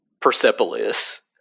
Persepolis